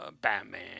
Batman